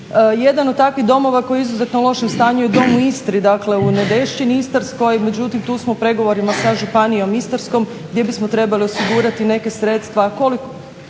Jedan od takvih domova koji je u izuzetno lošem stanju je dom u Istri, dakle u Nedešćini Istarskoj, međutim tu smo u pregovorima sa Županijom Istarskom gdje bi smo trebali osigurati neka sredstva,